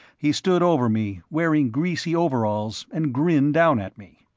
he stood over me, wearing greasy overalls, and grinned down at me.